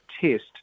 test